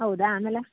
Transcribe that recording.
ಹೌದಾ ಆಮೇಲೆ